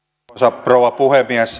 arvoisa rouva puhemies